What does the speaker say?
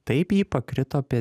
taip ji pakrito apie